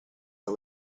the